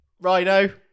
Rhino